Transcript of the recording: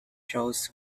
shows